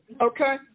Okay